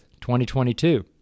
2022